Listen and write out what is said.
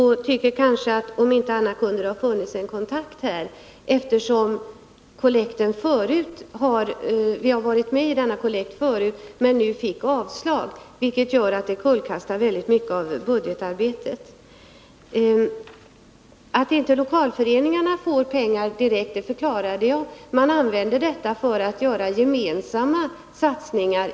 I varje fall tycker jag att det kunde ha tagits kontakt, eftersom vi tidigare har fått en del av kollekten. Nu fick vi avslag, vilket i hög grad försvårar budgetarbetet. Att lokalföreningarna inte får pengar direkt förklarade jag. Man gör nämligen i största möjliga utsträckning gemensamma satsningar.